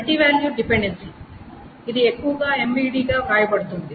multi valued dependency ఇది ఎక్కువగా MVD గా వ్రాయబడుతుంది